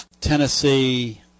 Tennessee